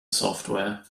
software